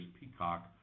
Peacock